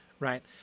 right